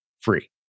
free